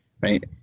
right